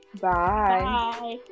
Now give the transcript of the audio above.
Bye